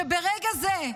שברגע זה,